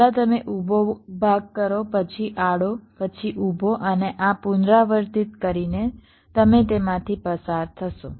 પહેલા તમે ઊભો ભાગ કરો પછી આડો પછી ઊભો અને આ પુનરાવર્તિત કરીને તમે તેમાંથી પસાર થશો